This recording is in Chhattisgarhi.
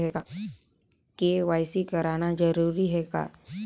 के.वाई.सी कराना जरूरी है का?